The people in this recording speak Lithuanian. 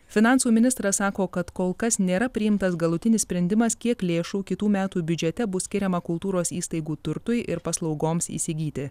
finansų ministras sako kad kol kas nėra priimtas galutinis sprendimas kiek lėšų kitų metų biudžete bus skiriama kultūros įstaigų turtui ir paslaugoms įsigyti